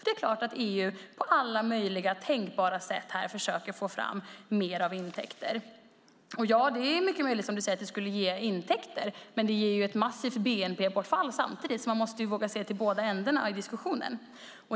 Det är klart att EU på alla möjliga tänkbara sätt försöker få fram mer av intäkter. Det är mycket möjligt att det skulle ge intäkter, som du säger. Men det ger samtidigt ett massivt bnp-bortfall, så man måste våga se till båda ändarna av diskussionen.